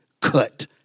cut